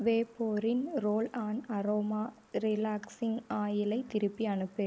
வேபோரின் roll on aroma relaxing ஆயிலை திருப்பி அனுப்பு